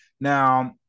Now